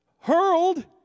hurled